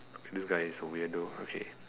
this guy is a weirdo okay